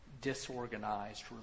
disorganized